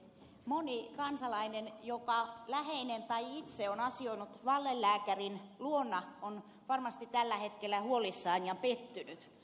moni kansalainen jonka läheinen tai joka itse on asioinut valelääkärin luona on varmasti tällä hetkellä huolissaan ja pettynyt